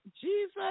Jesus